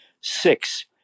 Six